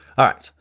all right.